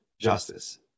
justice